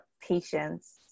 patience